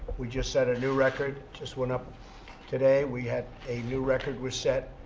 we just set a new record. just went up today. we had a new record was set.